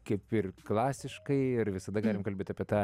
kaip ir klasiškai ir visada galim kalbėt apie tą